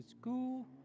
school